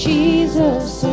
Jesus